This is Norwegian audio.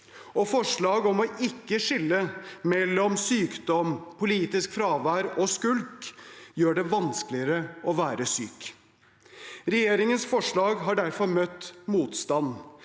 og forslaget om ikke å skille mellom sykdom, politisk fravær og skulk gjør det vanskeligere å være syk. Regjeringens forslag har derfor møtt motstand.